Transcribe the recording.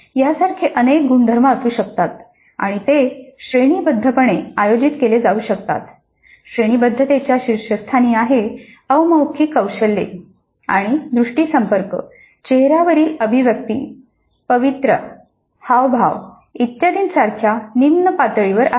यासारखे अनेक गुणधर्म असू शकतात आणि ते श्रेणीबद्धपणे आयोजित केले जाऊ शकतात श्रेणीबद्धतेच्या शीर्षस्थानी आहे अमौखिक कौशल्ये आहेत आणि दृष्टी संपर्क चेहऱ्या वरील अभिव्यक्ती पवित्रा हावभाव इत्यादीसारख्या निम्न पातळीवर आहेत